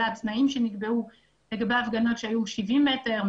אלא התנאים שנקבעו לגבי הפגנות שהיו 70 מטרים,